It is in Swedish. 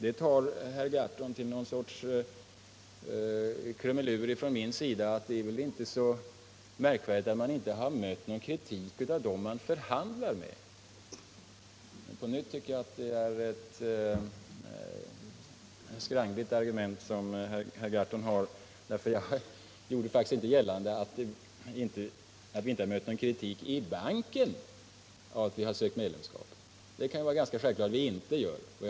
Det gör herr Gahrton till någon sorts krumelur från min sida och säger att det inte är så märkvärdigt att man inte mött kritik av dem man förhandlar med. På nytt tycker jag det är ett skrangligt argument herr Gahrton har. Jag gjorde faktiskt inte gällande att vi inte mött kritik inom banken för att vi sökt medlemskap. Det är ganska självklart att vi inte gjort det.